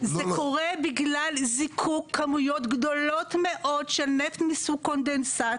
זה קורה בגלל זיקוק כמויות גדולות מאוד של נפט מסוג קונדנסט.